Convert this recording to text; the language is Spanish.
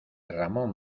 ramón